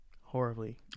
horribly